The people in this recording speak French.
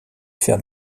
faire